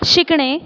शिकणे